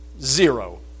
zero